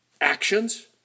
Actions